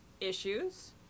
issues